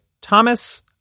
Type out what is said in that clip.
Thomas